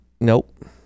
Nope